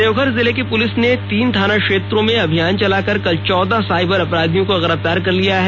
देवघर जिले की पुलिस ने तीन थाना क्षेत्रों में अभियान चलाकर कल चौदह साइबर अपराधियों को गिरफ्तार किया है